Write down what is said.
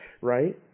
right